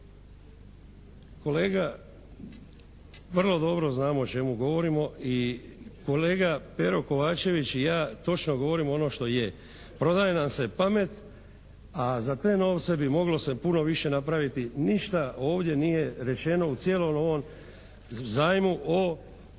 Kolega vrlo dobro znamo o čemu govorimo i kolega Pero Kovačević i ja točno govorimo ono što je. Prodaje nam se pamet, a za te novce bi moglo se puno više napraviti, ništa ovdje nije rečeno u cijelom ovom zajmu o